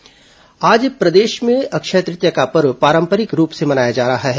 अक्षय तृतीया आज प्रदेश में अक्षय तृतीया का पर्व पारंपरिक रूप से मनाया जा रहा है